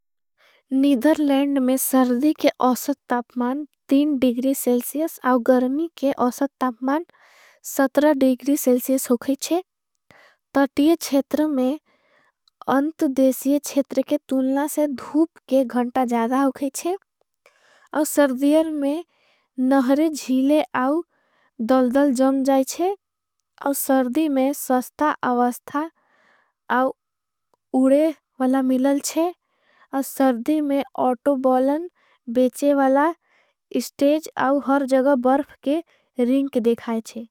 नीधरलेंड में सर्दी के असत तापमान डिग्री सेल्सियस औँ गर्। मी के असत तापमान डिग्री सेल्सियस होगी छे तटीये छेतर। में अन्त देशीये छेतर के तुलना से धूप के घंटा जादा होगी छे। और सर्दीयर में नहरे जहीले आउ दलडल जम जाई छे और। सर्दी में सस्ता आवस्ता आउ उड़े वला मिलल छे और सर्दी में। आउटो बॉलन बेचे वला स्टेज आउ हर जगबर्फ के रिंक देखाई छे।